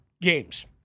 games